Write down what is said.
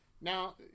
Now